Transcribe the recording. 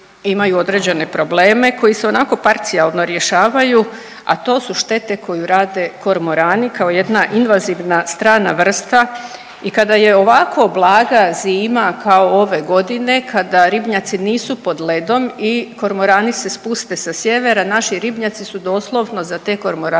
određene probleme koje su onako parcijalno rješavaju, a to su štete koju rade kormorani kao jedna invazivna strana vrsta i kada je ovako blaga zima kao ove godine kada ribnjaci nisu pod ledom i kormorani se spuste sa sjevera naši ribnjaci su doslovno za te kormorane